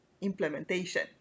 implementation